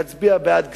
להצביע בעד גזירות,